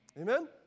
Amen